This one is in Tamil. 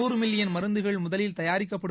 நூறு மில்லியன் மருந்துகள் முதலில் தயாரிக்கப்படும்